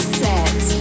set